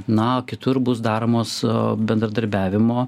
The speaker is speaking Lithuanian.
na o kitur bus daromos su bendradarbiavimo